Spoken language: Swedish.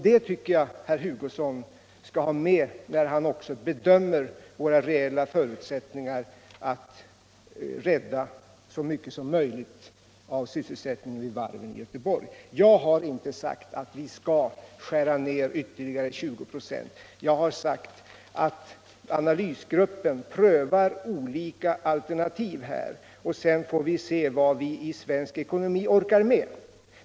Det tycker jag herr Hugosson skall ha med när han bedömer våra reella förutsättningar att rädda så mycket som möjligt av sysselsättningen vid varven i Göteborg. Jag har inte sagt att vi skall skära ned med ytterligare 20 96; jag har sagt att analysgruppen prövar olika alternativ, och sedan får vi se vad vi i svensk ekonomi orkar med.